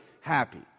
happy